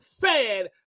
fan